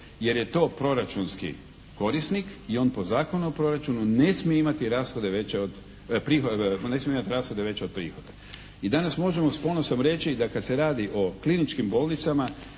Jer je to proračunski korisnik i on po Zakonu o proračunu ne smije imati rashode veće od prihoda. I danas možemo s ponosom reći da kad se radi o kliničkim bolnicama